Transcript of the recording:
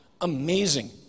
amazing